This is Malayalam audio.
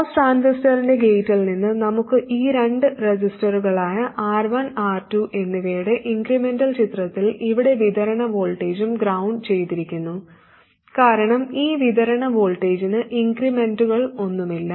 MOS ട്രാൻസിസ്റ്ററിന്റെ ഗേറ്റിൽ നിന്ന് നമുക്ക് ഈ രണ്ട് റെസിസ്റ്ററുകളായ R1 R2 എന്നിവയുണ്ട് ഇൻക്രെമെന്റൽ ചിത്രത്തിൽ ഇവിടെ വിതരണ വോൾട്ടേജും ഗ്രൌണ്ട് ചെയ്തിരിക്കുന്നു കാരണം ഈ വിതരണ വോൾട്ടേജിന് ഇൻക്രിമെന്റുകളൊന്നുമില്ല